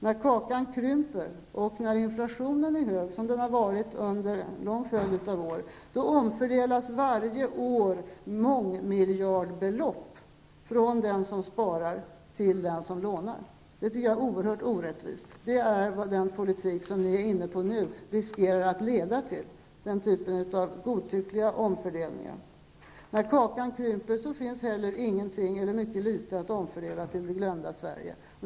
När kakan krymper och när inflationen är hög, som den har varit under en lång följd av år, omfördelas varje år mångmiljardbelopp från den som spar till den som lånar. Det tycker jag är oerhört orättvist. Den typen av godtyckliga omfördelningar är vad den politik som ni är inne på nu riskerar att leda till. När kakan krymper finns heller ingenting, eller litet, att omfördela till det glömda Sverige.